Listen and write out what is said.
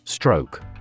Stroke